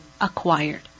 Acquired